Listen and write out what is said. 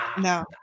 no